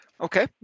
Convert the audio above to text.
Okay